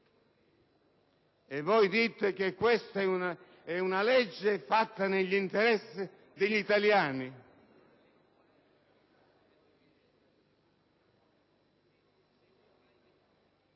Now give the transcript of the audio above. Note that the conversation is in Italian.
E voi dite che questa è una legge fatta nell'interesse degli italiani?